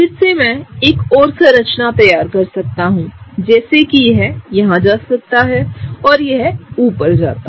फिर से मैं एक और संरचना तैयार कर सकता हूं जैसे कि यह यहां जा सकता है और यह ऊपर जाता है